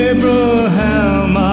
Abraham